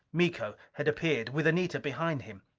miko had appeared with anita behind him.